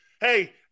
hey